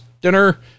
dinner